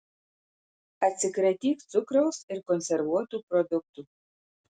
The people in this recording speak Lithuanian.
atsikratyk cukraus ir konservuotų produktų